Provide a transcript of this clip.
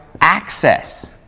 Access